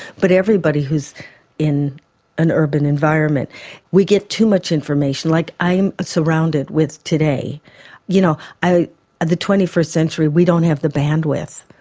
but everybody who's in an urban environment we get too much information. like i am surrounded with today you know the twenty first century we don't have the bandwidth,